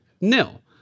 nil